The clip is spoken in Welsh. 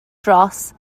dros